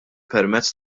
permezz